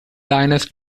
lioness